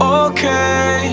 okay